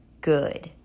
good